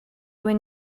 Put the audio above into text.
when